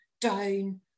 down